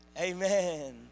Amen